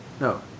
No